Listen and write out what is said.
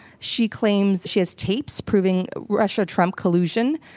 she claims she has tapes proving russia-trump collusion.